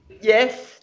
Yes